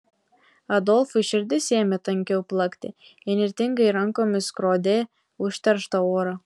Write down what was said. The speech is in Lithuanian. adolfui širdis ėmė tankiau plakti įnirtingai rankomis skrodė užterštą orą